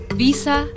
visa